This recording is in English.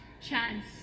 chance